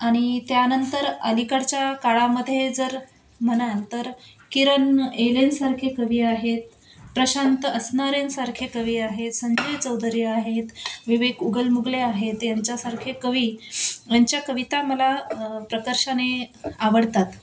आणि त्यानंतर अलीकडच्या काळामध्ये जर म्हणाल तर किरन एलेनसारखे कवी आहेत प्रशांत असणारेंसारखे कवी आहेत संजय चौधरी आहेत विवेक उगल मुगले आहेत यांच्यासारखे कवी यांच्या कविता मला प्रकर्षाने आवडतात